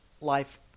life